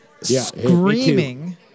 Screaming